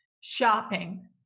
Shopping